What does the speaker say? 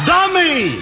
Dummy